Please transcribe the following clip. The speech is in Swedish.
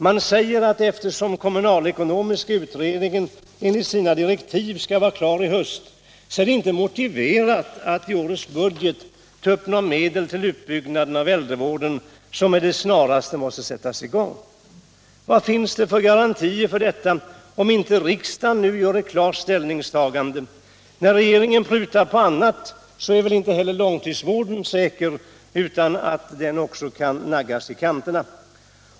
Man säger att eftersom kommunalekonomiska utredningen enligt sina direktiv skall vara klar i höst, är det inte motiverat att i årets budget ta upp medel till utbyggnaden av äldrevården, som med det snaraste måste sättas i gång. Vad finns det för garantier för detta om inte riksdagen nu gör ett klart ställningstagande? När regeringen prutar på annat går väl inte heller långtidssjukvården säker, den kan också naggas i kanten.